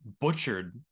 butchered